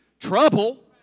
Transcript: trouble